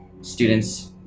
students